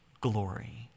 glory